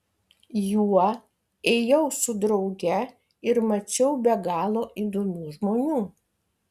juo ėjau su drauge ir mačiau be galo įdomių žmonių